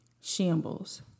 Shambles